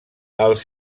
els